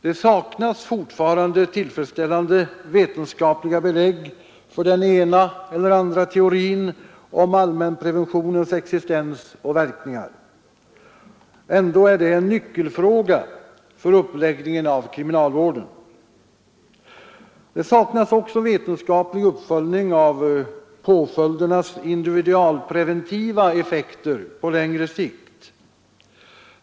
Det saknas fortfarande tillfredsställande vetenskapliga belägg för den ena eller andra teorin om allmänpreventionens existens och verkningar. Ändå är det en nyckelfråga för uppläggningen av kriminalvården. Det saknas också vetenskaplig uppföljning av påföljdernas individualpreventiva effekter på längre sikt.